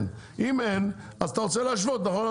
אם אין, אז אתה רוצה להשוות, נכון?